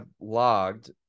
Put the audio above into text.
logged